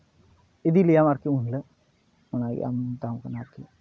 ᱤᱫᱤ ᱞᱮᱭᱟᱢ ᱟᱨᱠᱤ ᱩᱱᱦᱤᱞᱳᱜ ᱚᱱᱟᱜᱮ ᱟᱢ ᱢᱮᱛᱟᱢ ᱠᱟᱱᱟ ᱟᱨᱠᱤ